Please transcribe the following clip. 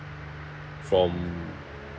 from